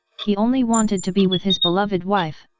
he only wanted to be with his beloved wife.